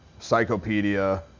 Psychopedia